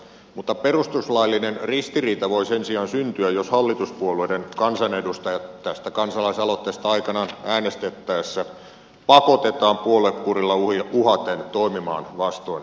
mutta perustuslaillinen ristiriita voi sen sijaan syntyä jos hallituspuolueiden kansanedustajat tästä kansalaisaloitteesta aikanaan äänestettäessä pakotetaan puoluekurilla uhaten toimimaan vastoin vakaumustaan